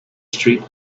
street